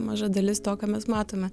maža dalis to ką mes matome